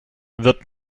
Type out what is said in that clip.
wird